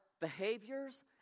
behaviors